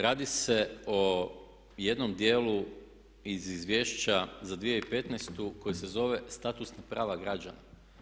Radi se o jednom dijelu iz izvješća za 2015. koji se zove statusna prava građana.